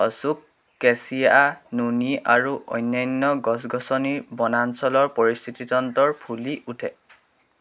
অচোক কেচিয়া নুনি আৰু অন্যান্য গছ গছনি বনাঞ্চলৰ পৰিস্থিতিতন্ত্ৰৰ ফুলি উঠে